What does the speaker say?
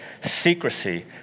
Secrecy